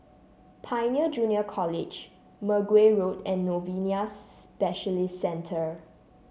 Pioneer Junior College Mergui Road and Novena Specialist Centre